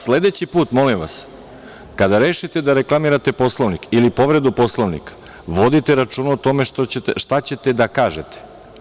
Sledeći put, molim vas, kada rešite da reklamirate Poslovnik ili povredu Poslovnika, vodite računa o tome šta ćete da kažete.